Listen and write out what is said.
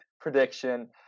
prediction